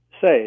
say